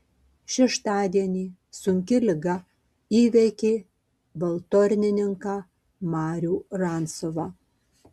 šeštadienį sunki liga įveikė valtornininką marių rancovą